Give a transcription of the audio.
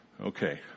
Okay